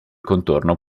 contorno